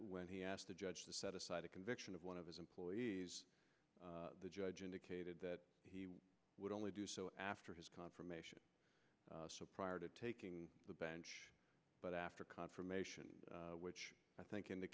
when he asked the judge to set aside the conviction of one of his employees the judge indicated that he would only do so after his confirmation prior to taking the bench but after confirmation which i think